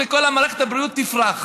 וכל מערכת הבריאות תפרח.